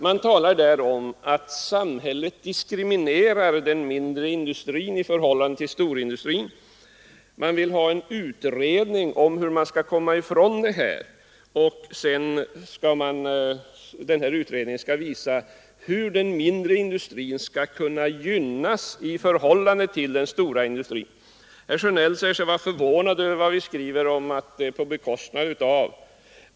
Man talar om att samhället diskriminerar den mindre industrin i förhållande till storindustrin, man vill ha en utredning om hur man skall komma ifrån detta, och utredningen skall visa hur den mindre industrin skall gynnas i förhållande till den stora industrin. Herr Sjönell säger sig vara förvånad över utskottets skrivning på denna punkt.